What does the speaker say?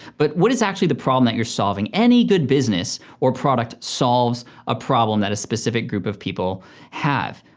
but what is actually the problem that you're solving. any good business or product solves a problem that a specific group of people have.